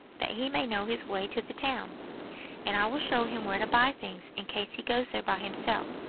that he may know his way to the town and i will show him where to buy things, in case he goes there by himself.